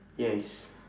yes